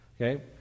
Okay